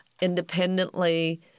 independently